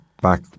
back